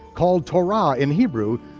called torah in hebrew,